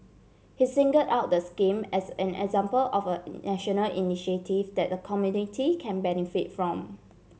he single out the scheme as an example of a national initiative that the community can benefit from